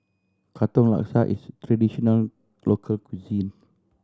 Katong Laksa is a traditional local cuisine